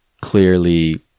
clearly